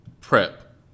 PrEP